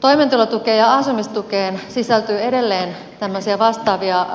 toimeentulotukeen ja asumistukeen sisältyy edelleen tämmöisiä vastaavia